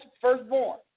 firstborn